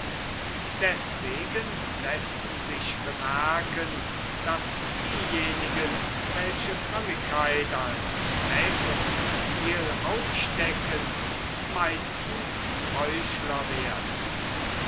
deswegen läßt sich bemerken daß diejenigen welche frömmigkeit als zweck und ziel aufstecken meistens heuchler werden